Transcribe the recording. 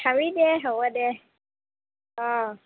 খাবি দে হ'ব দে অঁ